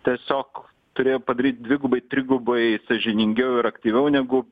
tiesiog turėjo padaryt dvigubai trigubai sąžiningiau ir aktyviau negu